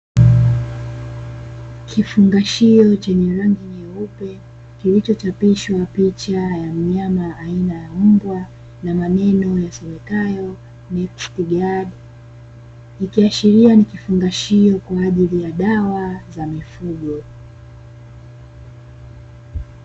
Kifungashio cheupe rangi nyeupe kilichochapishwa picha mnyama aina ya mbwa na maneno yasomekayo nexgard, ikiashiria ni kifungashio kwa ajili ya dawa za mifugo.